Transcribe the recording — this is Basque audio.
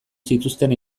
zituzten